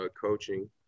coaching